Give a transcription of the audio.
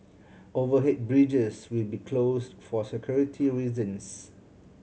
overhead bridges will be closed for security reasons